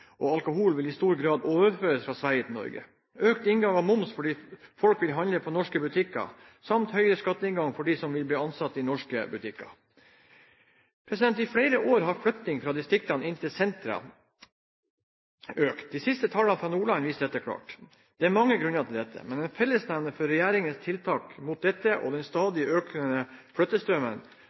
og alkohol i stor grad ville overføres fra Sverige til Norge, økt inngang av moms fordi folk ville handle på norske butikker, samt høyere skatteingang fra dem som ville bli ansatt i norske butikker. I flere år har flyttingen fra distriktene inn til sentrene økt. De siste tallene fra Nordland viser dette klart. Det er mange grunner til dette, men en fellesnevner for regjeringens tiltak mot dette og den stadig økende flyttestrømmen